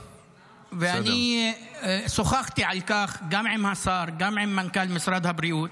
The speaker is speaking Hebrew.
אני שוחחתי על כך גם עם השר וגם עם מנכ"ל משרד הבריאות,